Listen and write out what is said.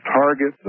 target